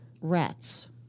rats